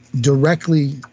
directly